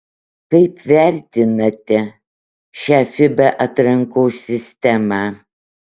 kaip vertinate šią fiba atrankos sistemą